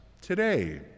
today